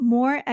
More